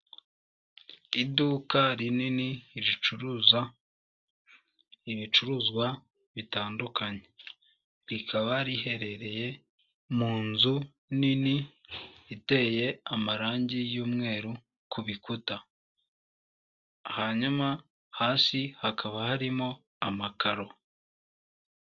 Iduka rinini ricuruza ibicuruzwa bitandukanye, rikaba riherereye mu nzu nini iteye amarangi y'umweru ku bikuta, hanyuma hasi hakaba harimo amakaro.